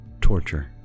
torture